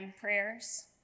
prayers